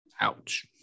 Ouch